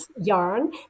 yarn